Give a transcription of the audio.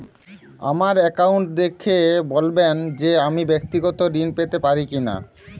আমার অ্যাকাউন্ট দেখে বলবেন যে আমি ব্যাক্তিগত ঋণ পেতে পারি কি না?